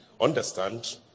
understand